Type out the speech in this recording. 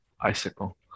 icicle